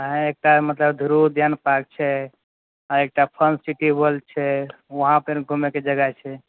अहाँ एकटा मतलब ध्रुव उद्यान पार्क छै आ एकटा फनसिटी वर्ल्ड छै वहाँ पर घुमयके जगह छै